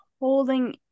holding